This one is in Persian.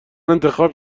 انتخاب